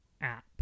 app